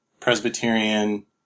Presbyterian